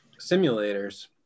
simulators